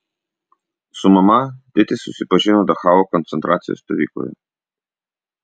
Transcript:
su mama tėtis susipažino dachau koncentracijos stovykloje